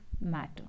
matter